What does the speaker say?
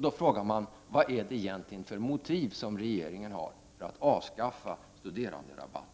Då frågar man: Vad har regeringen egentligen för motiv för att avskaffa studeranderabatten?